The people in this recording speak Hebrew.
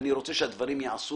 אני רוצה שהדברים ייעשו